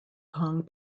kong